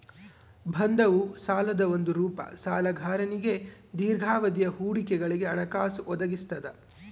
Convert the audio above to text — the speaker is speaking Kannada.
ಬಂಧವು ಸಾಲದ ಒಂದು ರೂಪ ಸಾಲಗಾರನಿಗೆ ದೀರ್ಘಾವಧಿಯ ಹೂಡಿಕೆಗಳಿಗೆ ಹಣಕಾಸು ಒದಗಿಸ್ತದ